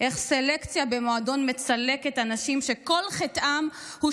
איך סלקציה במועדון מצלקת אנשים שכל חטאם הוא